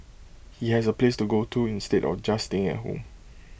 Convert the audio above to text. he has A place to go to instead of just staying at home